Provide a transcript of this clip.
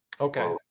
Okay